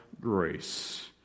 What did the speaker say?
grace